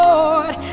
Lord